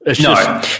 No